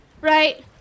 right